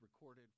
recorded